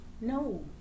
No